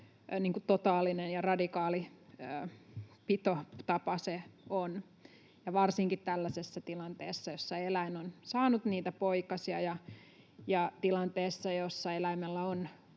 totaalinen ja radikaali pitotapa se on. Varsinkin tällaisessa tilanteessa, jossa eläin on saanut niitä poikasia ja tilanteessa, jossa eläimellä on